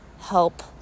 help